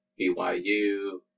BYU